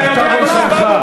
עדיף שלא,